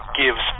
gives